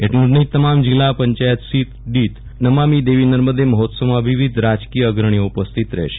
એટલું જ નહી તમામ જિલ્લા પંચાયત સીટ દીઠ નમામિ દેવી નર્મદે મહોત્સવમાં વિવિધ રાજકીય અગ્રણીઓ ઉપસ્થિત રહેશે